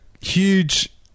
huge